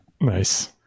nice